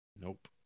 Nope